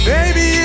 Baby